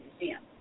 museum